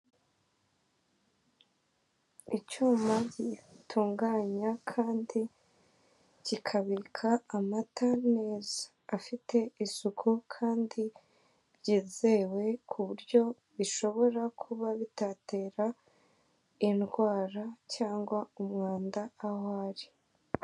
Icyuma gitunganya kandi kikabika amata neza, afite isuku kandi byezewe ku buryo bishobora kuba bitatera indwara cyangwa umwanda aho ari.